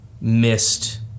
missed